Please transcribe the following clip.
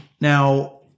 Now